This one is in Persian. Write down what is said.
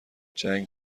جنگ